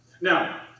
Now